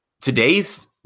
today's